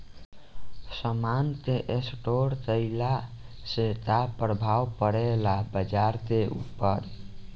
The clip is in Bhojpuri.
समान के स्टोर काइला से का प्रभाव परे ला बाजार के ऊपर?